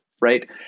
Right